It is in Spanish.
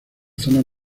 zonas